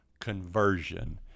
conversion